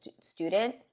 student